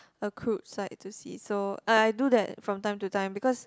a crude sight to see so eh I do that from time to time because